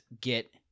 get